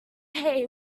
hay